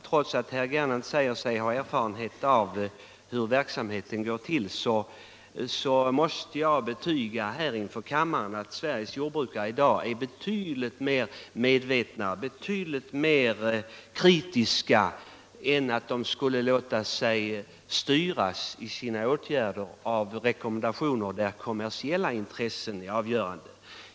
Trots att herr Gernandt säger sig ha erfarenhet av hur verksamheten går till måste jag inför kammaren betyga att Sveriges jordbrukare i dag är betydligt mer medvetna, betydligt mer kritiska än att de skulle låta sig styras i sina åtgärder av rekommendationer där kommersiella intressen är avgörande.